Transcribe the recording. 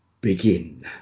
begin